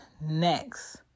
Next